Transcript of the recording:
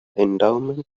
endowment